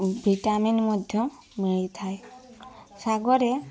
vitamin ମଧ୍ୟ ମିଳିଥାଏ ଶାଗ ରେ